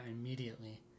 immediately